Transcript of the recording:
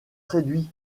réduits